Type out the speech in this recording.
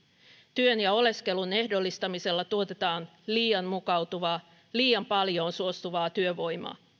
työn ja oleskelun ehdollistamisella tuotetaan liian mukautuvaa liian paljoon suostuvaa työvoimaa